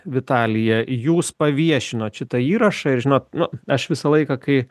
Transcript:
vitalija jūs paviešinot šitą įrašą ir žinot nu aš visą laiką kai